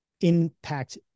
impact